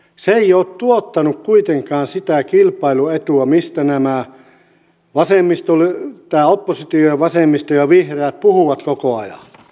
se ei ole tuottanut kuitenkaan sitä kilpailuetua mistä tämä oppositio vasemmisto ja vihreät puhuu koko ajan